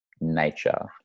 nature